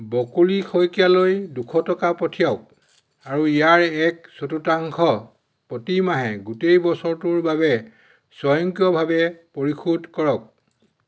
বকুলি শইকীয়ালৈ দুশ টকা পঠিয়াওক আৰু ইয়াৰ এক চতুৰ্থাংশ প্ৰতিমাহে গোটেই বছৰটোৰ বাবে স্বয়ংক্ৰিয়ভাৱে পৰিশোধ কৰক